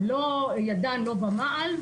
ידן לא במעל,